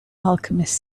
alchemist